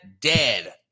dead